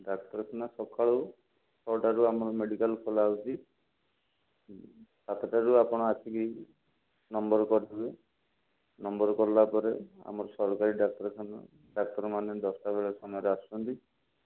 ଡାକ୍ତରଖାନା ସକାଳୁ ଛଅଟାରୁ ଆମର ମେଡ଼ିକାଲ ଖୋଲା ହେଉଛି ସାତଟାରୁ ଆପଣ ଆସିକି ନମ୍ବର କରିଦେବେ ନମ୍ବର କଲା ପରେ ଆମର ସରକାରୀ ଡାକ୍ତରଖାନା ଡାକ୍ତରମାନେ ଦଶଟାବେଳେ ସମୟରେ ଆସୁଛନ୍ତି